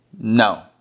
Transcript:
No